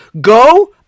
go